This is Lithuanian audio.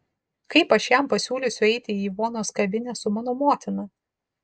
kaip aš jam pasiūlysiu eiti į ivonos kavinę su mano motina